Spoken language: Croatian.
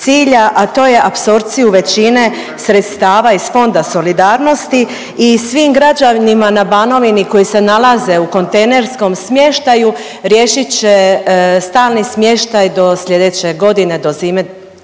a to je apsorpciju većine sredstava iz Fonda solidarnosti i svim građanima na Banovini koji se nalaze u kontejnerskom smještaju riješit će stan i smještaj do sljedeće godine, do zime,